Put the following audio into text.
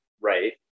right